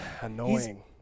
annoying